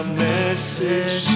message